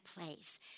place